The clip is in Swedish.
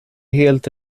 helt